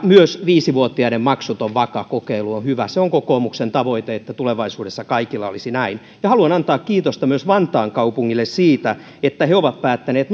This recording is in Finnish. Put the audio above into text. myös viisi vuotiaiden maksuton vaka kokeilu on hyvä se on kokoomuksen tavoite että tulevaisuudessa kaikilla olisi näin haluan antaa kiitosta myös vantaan kaupungille siitä että he ovat päättäneet